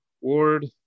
Ward